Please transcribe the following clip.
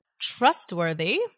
Trustworthy